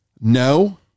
No